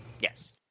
Yes